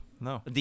No